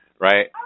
right